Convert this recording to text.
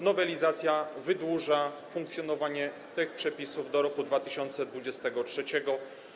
Nowelizacja wydłuża funkcjonowanie tych przepisów do roku 2023.